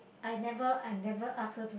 I never I never ask her